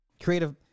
Creative